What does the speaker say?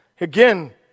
Again